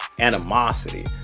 animosity